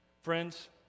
Friends